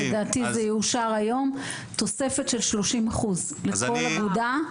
לדעתי זה יאושר היום, תוספת של 30% לכל אגודה.